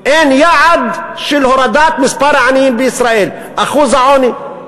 אין יעד של הורדת מספר העניים בישראל, אחוז העוני,